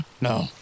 No